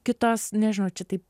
kitos nežinau čia taip